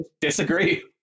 Disagree